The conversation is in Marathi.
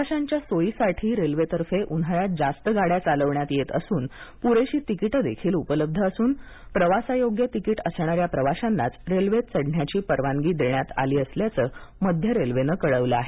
प्रवाशांच्या सोयीसाठी रेल्वे तर्फे उन्हाळ्यात जास्त गाड्या चालविण्यात येत असून पुरेशी तिकीटेदेखील उपलब्ध असून प्रवासायोग्य तिकिट असणाऱ्या प्रवाशांनाच रेल्वेत चढण्याची परवानगी देण्यात आली असल्याचं मध्य रेल्वेनं कळवलं आहे